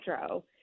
Metro